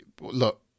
look